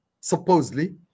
supposedly